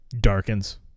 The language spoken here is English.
darkens